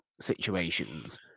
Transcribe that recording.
situations